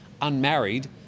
unmarried